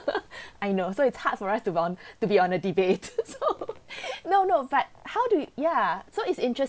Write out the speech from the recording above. I know so it's hard for us to run to be on a debate so no no but how do you ya so its interesting